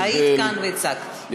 היית כאן והצגת.